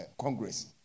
Congress